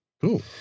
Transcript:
Cool